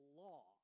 law